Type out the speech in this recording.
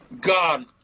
God